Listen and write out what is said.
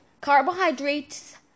carbohydrates